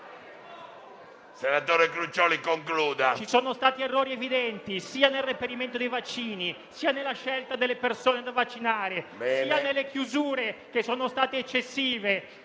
senatore. CRUCIOLI *(Misto)*. Ci sono stati errori evidenti sia nel reperimento dei vaccini sia nella scelta delle persone da vaccinare, come nelle chiusure che sono state eccessive.